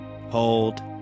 hold